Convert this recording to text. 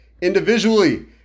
Individually